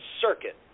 circuit